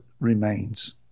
remains